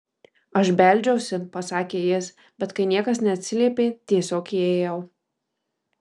aš beldžiausi pasakė jis bet kai niekas neatsiliepė tiesiog įėjau